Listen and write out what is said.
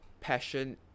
passion